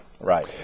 Right